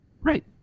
right